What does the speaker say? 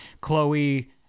Chloe